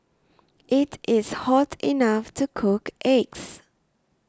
it is hot enough to cook eggs